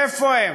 איפה הם?